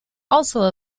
also